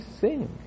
sing